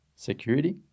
Security